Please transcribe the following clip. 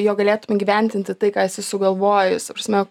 jog galėtum įgyvendinti tai ką esi sugalvojus ta prasme